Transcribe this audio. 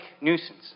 nuisance